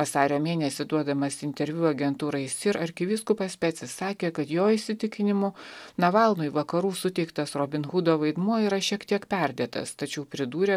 vasario mėnesį duodamas interviu agentūrai arkivyskupas pecis sakė kad jo įsitikinimu navalnui vakarų suteiktas robino hudo vaidmuo yra šiek tiek perdėtas tačiau pridūrė